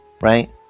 right